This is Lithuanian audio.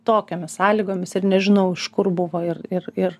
tokiomis sąlygomis ir nežinau iš kur buvo ir ir ir